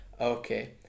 Okay